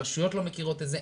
הרשויות לא מכירות את זה,